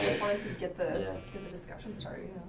to get the get the discussion started.